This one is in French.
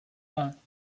ans